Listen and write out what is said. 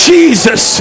Jesus